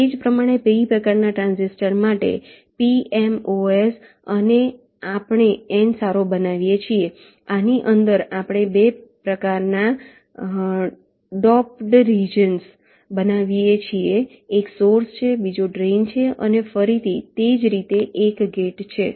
એ જ રીતે P પ્રકારના ટ્રાન્ઝિસ્ટર માટે PMOS આપણે N સારો બનાવીએ છીએ આની અંદર આપણે 2 P પ્રકારના ડોપ્ડ રિજન્સ બનાવીએ છીએ એક સોર્સ છે બીજો ડ્રેઇન છે અને ફરીથી તે જ રીતે એક ગેટ છે